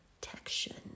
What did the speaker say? protection